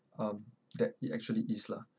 um that it actually is lah